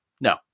no